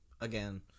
again